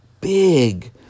big